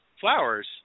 flowers